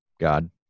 God